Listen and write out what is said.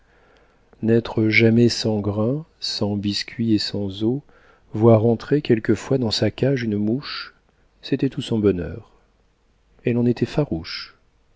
n'être jamais sans grain sans biscuit et sans eau voir entrer quelquefois dans sa cage une mouche c'était tout son bonheur elle en était farouche